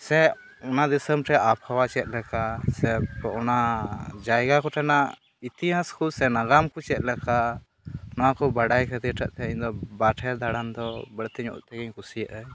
ᱥᱮ ᱚᱱᱟ ᱫᱤᱥᱟᱹᱢ ᱨᱮᱭᱟᱜ ᱟᱵᱚᱦᱟᱣᱟ ᱪᱮᱫᱞᱮᱠᱟ ᱥᱮ ᱚᱱᱟ ᱡᱟᱭᱜᱟᱠᱚ ᱨᱮᱱᱟᱜ ᱤᱛᱤᱦᱟᱥᱠᱚ ᱥᱮ ᱱᱟᱜᱟᱢᱠᱚ ᱪᱮᱫᱞᱮᱠᱟ ᱱᱚᱣᱟᱠᱚ ᱵᱟᱲᱟᱭ ᱠᱷᱟᱹᱛᱤᱨᱟᱜᱛᱮ ᱤᱧᱫᱚ ᱵᱟᱨᱦᱮ ᱫᱟᱬᱟᱱᱫᱚ ᱵᱟᱹᱲᱛᱤᱧᱚᱜ ᱛᱮᱜᱮᱧ ᱠᱤᱥᱤᱭᱟᱜᱼᱟ